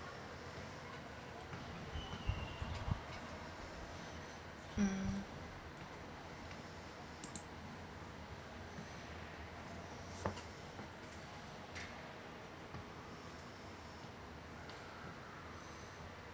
mm